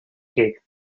gig